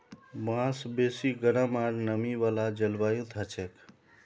बांस बेसी गरम आर नमी वाला जलवायुत हछेक